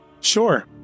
Sure